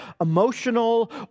emotional